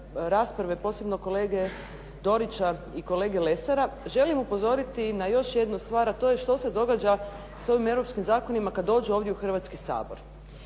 rasprave, posebno kolege Dorića i kolege Lesara, želim upozoriti na još jednu stvar, a to je što se događa s ovim europskim zakonima kad dođu ovdje u Hrvatski sabor.